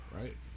Right